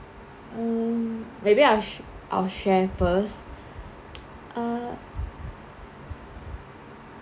mm maybe I'll sh~ I'll share first uh